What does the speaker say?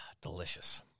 Delicious